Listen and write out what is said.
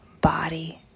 body